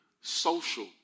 social